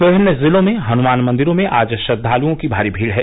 विभिन्न जिलों में हनुमान मंदिरों में आज श्रद्वालुओं की भारी भीड़ है